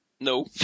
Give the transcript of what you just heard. No